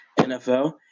NFL